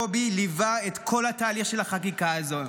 קובי ליווה את כל התהליך של החקיקה הזה.